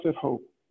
hope